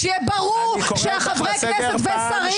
שיהיה ברור שחברי כנסת ושרים